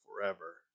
forever